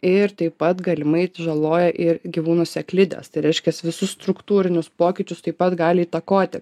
ir taip pat galimai žaloja ir gyvūnų sėklides tai reiškias visus struktūrinius pokyčius taip pat gali įtakoti